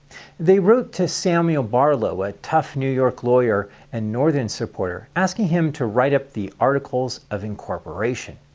they wrote to samuel barlow, a tough new york lawyer and northern supporter asking him to write up the articles of incorporation.